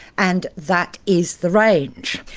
and that is the range.